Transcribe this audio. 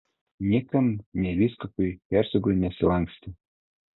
niekam nė vyskupui hercogui nesilankstė